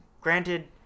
Granted